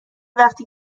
وقتی